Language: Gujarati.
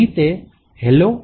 અહીં તે hello